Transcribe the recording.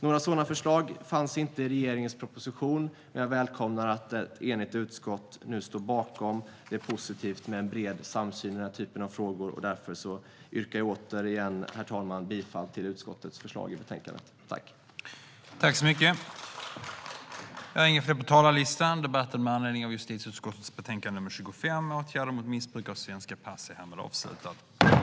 Några sådana förslag fanns inte i regeringens proposition, men jag välkomnar att ett enigt utskott nu står bakom det. Det är positivt med en bred samsyn i denna typ av frågor. Därför yrkar jag återigen bifall till utskottets förslag i betänkandet.